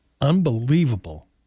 Unbelievable